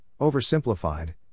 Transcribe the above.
oversimplified